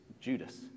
Judas